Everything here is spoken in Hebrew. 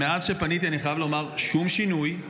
מאז שפניתי, אני חייב לומר שאין שום שינוי.